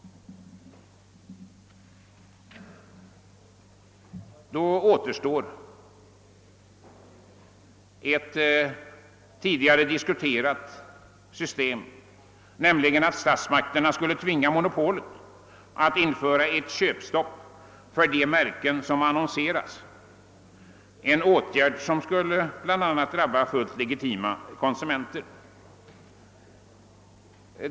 Då återstår ett tidigare diskuterat system, nämligen att statsmakterna skulle tvinga monopolet att införa ett köpstopp för de märken som annonseras, en åtgärd som skulle drabba även legitima konsumenter.